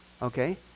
okay